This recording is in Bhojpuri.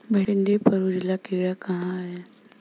भिंडी पर उजला कीड़ा का है?